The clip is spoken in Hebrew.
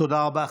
תודה רבה.